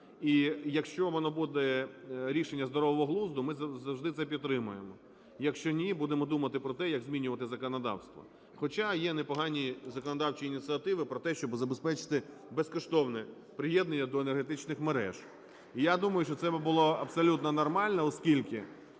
І якщо воно буде рішення здорового глузду, ми завжди це підтримаємо, якщо ні, будемо думати про те, як змінювати законодавство. Хоча є непогані законодавчі ініціативи про те, щоб забезпечити безкоштовне приєднання до енергетичних мереж. І я думаю, що це було б абсолютно нормально, оскільки